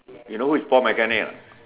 you know who is four mechanic or not